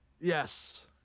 Yes